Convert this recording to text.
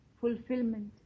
fulfillment